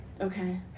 okay